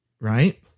right